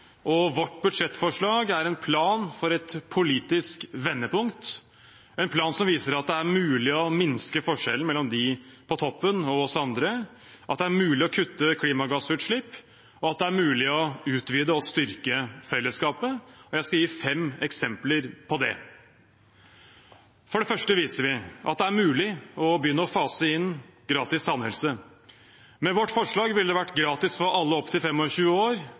og vårt budsjettforslag er en plan for et politisk vendepunkt, en plan som viser at det er mulig å minske forskjellen mellom de på toppen og oss andre, at det er mulig å kutte klimagassutslipp, og at det er mulig å utvide og styrke fellesskapet. Jeg skal gi fem eksempler på det: For det første viser vi at det er mulig å begynne å fase inn gratis tannhelse. Med vårt forslag ville det vært gratis for alle opp til 25 år,